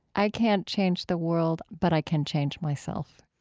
i can't change the world but i can change myself?